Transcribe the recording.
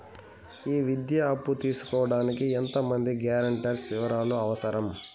ఈ విద్యా అప్పు తీసుకోడానికి ఎంత మంది గ్యారంటర్స్ వివరాలు అవసరం?